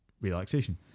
relaxation